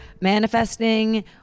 manifesting